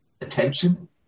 attention